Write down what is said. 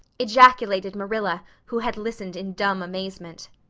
ejaculated marilla, who had listened in dumb amazement.